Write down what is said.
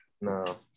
no